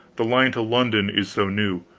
the line to london is so new.